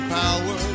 power